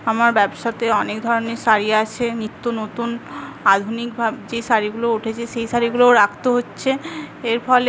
আমার ব্যবসাতে অনেক ধরণের শাড়ি আসে নিত্য নতুন আধুনিকভাব যে শাড়িগুলো উঠেছে সেই শাড়িগুলোও রাখতে হচ্ছে এর ফলে